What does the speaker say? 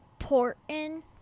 important